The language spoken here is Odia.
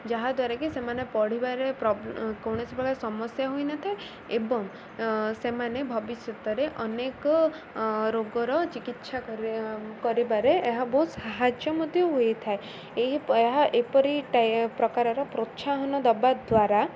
ଯାହାଦ୍ୱାରାକି ସେମାନେ ପଢ଼ିବାରେ ପ୍ରବ୍ କୌଣସି ପ୍ରକାର ସମସ୍ୟା ହୋଇନଥାଏ ଏବଂ ସେମାନେ ଭବିଷ୍ୟତରେ ଅନେକ ରୋଗର ଚିକିତ୍ସା କରିବାରେ ଏହା ବହୁତ ସାହାଯ୍ୟ ମଧ୍ୟ ହୋଇଥାଏ ଏହି ଏହା ଏପରି ଟ ପ୍ରକାରର ପ୍ରୋତ୍ସାହନ ଦେବା ଦ୍ୱାରା